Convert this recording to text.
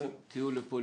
המסע לפולין.